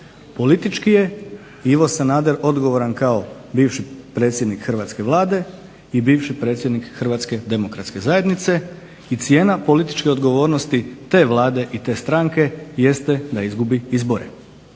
Politički je Ivo Sanader odgovoran kao bivši predsjednik Hrvatske vlade i bivši predsjednik Hrvatske demokratske zajednice i cijena političke odgovornosti te vlade i te stranke jeste da izgubi izbore.